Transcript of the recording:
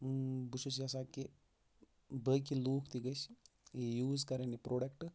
بہٕ چھُس یَژھان کہِ باقٕے لوٗک تہِ گٔژھ یوٗز کَرٕنۍ یہِ پروڈکٹ